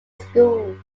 school